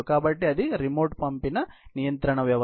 కాబట్టి అది రిమోట్ పంపిన నియంత్రణ వ్యవస్థ